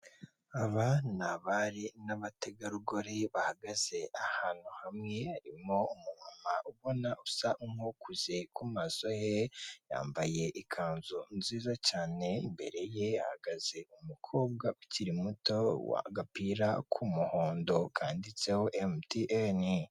Aba ni abari n'abategarugori bahagaze ahantu hamwe harimo umumama usa nkukuze kumaso ye yambaye ikanzu nziza cyane imbere ye ahagaze umukobwa ukiri muto w' agapira k'umuhondo kanditseho emutiyeni.